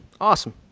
Awesome